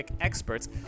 experts